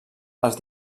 els